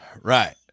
right